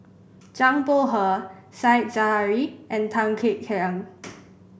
Zhang Bohe Said Zahari and Tan Kek Hiang